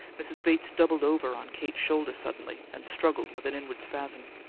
mrs. bates doubled over on kate's shoulder suddenly and struggled with an inward spasm.